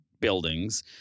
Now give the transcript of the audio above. buildings